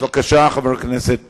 בבקשה, חבר הכנסת מיסז'ניקוב.